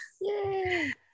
Yay